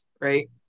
right